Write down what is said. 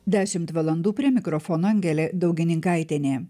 dešimt valandų prie mikrofono angelė daugininkaitienė